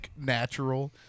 natural